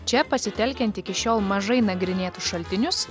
čia pasitelkiant iki šiol mažai nagrinėtus šaltinius